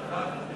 רבותי?